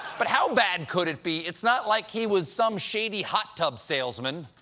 but how bad could it be, it's not like he was some shady hot tub salesman.